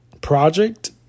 project